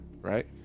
right